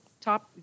top